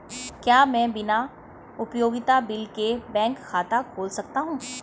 क्या मैं बिना उपयोगिता बिल के बैंक खाता खोल सकता हूँ?